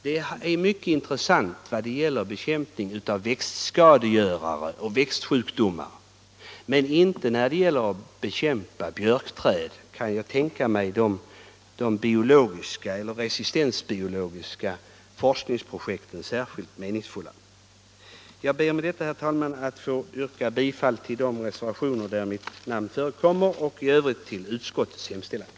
Det är mycket intressant när det gäller bekämpning av växtskadegörare och växtsjukdomar, men när det gäller att bekämpa björkträd kan jag inte tänka mig att de biologiska eller resistensbiologiska forskningsprojekten är särskilt meningsfulla. Jag ber med detta, herr talman, att få yrka bifall till de reservationer där mitt namn förekommer och i övrigt till utskottets hemställan.